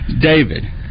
David